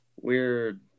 weird